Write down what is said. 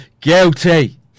guilty